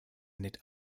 nett